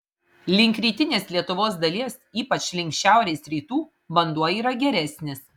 link rytinės lietuvos dalies ypač link šiaurės rytų vanduo yra geresnis